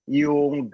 yung